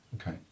Okay